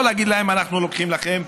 לא להגיד להם: אנחנו לוקחים לכם